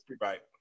right